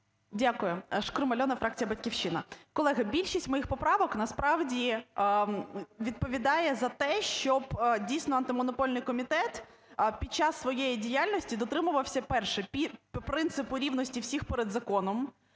Дякую. Шкрум Альона, фракція "Батьківщина". Колеги, більшість моїх поправок, насправді, відповідає за те, щоб, дійсно, Антимонопольний комітет під час своєї діяльності дотримувався: перше – принципу рівності всіх перед законом